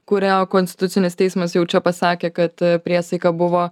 kurio konstitucinis teismas jau čia pasakė kad priesaika buvo